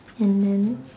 and then